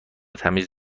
تمیز